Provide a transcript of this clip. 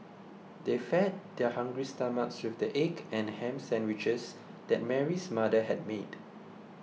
they fed their hungry stomachs with the egg and ham sandwiches that Mary's mother had made